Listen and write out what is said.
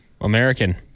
American